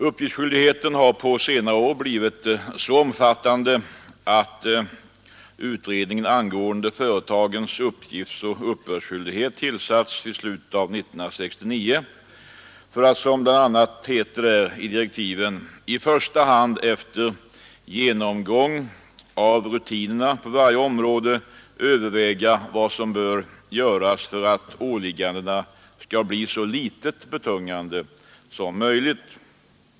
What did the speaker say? Uppgiftsskyldigheten har på senare år blivit så omfattande att det i slutet av 1969 tillsattes en utredning, utredningen angående företagens uppgiftsoch uppbördsskyldighet, för att, som det bl.a. heter i direktiven, i första hand efter genomgång av rutinerna på varje område överväga vad som kan göras för att åliggandena skall bli så litet betungande som möjligt.